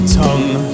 tongue